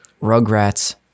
Rugrats